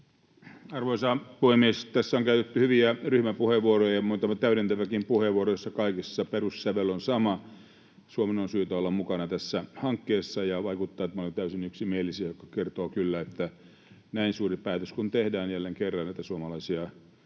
Arvoisa puhemies! Tässä on käytetty hyviä ryhmäpuheenvuoroja ja muutama täydentäväkin puheenvuoro, joissa kaikissa perussävel on sama: Suomen on syytä olla mukana tässä hankkeessa. Ja vaikuttaa siltä, että me olemme täysin yksimielisiä, mikä kertoo kyllä siitä, että kun tehdään jälleen kerran näin suuri